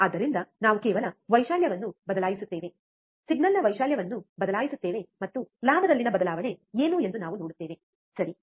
ಆದ್ದರಿಂದ ನಾವು ಕೇವಲ ವೈಶಾಲ್ಯವನ್ನು ಬದಲಾಯಿಸುತ್ತೇವೆ ಸಿಗ್ನಲ್ನ ವೈಶಾಲ್ಯವನ್ನು ಬದಲಾಯಿಸುತ್ತೇವೆ ಮತ್ತು ಲಾಭದಲ್ಲಿನ ಬದಲಾವಣೆ ಏನು ಎಂದು ನಾವು ನೋಡುತ್ತೇವೆ ಸರಿ